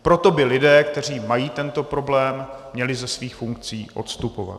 Proto by lidé, kteří mají tento problém, měli ze svých funkcí odstupovat.